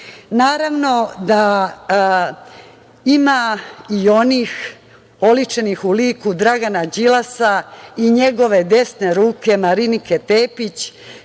da ima i onih oličenih u liku Dragana Đilasa i njegove desne ruke Marinike Tepić,